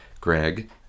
greg